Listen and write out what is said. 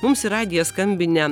mums į radiją skambinę